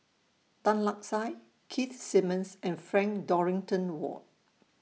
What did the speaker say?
Tan Lark Sye Keith Simmons and Frank Dorrington Ward